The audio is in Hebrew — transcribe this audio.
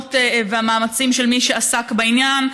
הכוונות ואת המאמצים של מי שעסק בעניין,